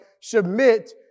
submit